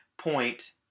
point